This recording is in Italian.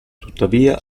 tuttavia